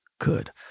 good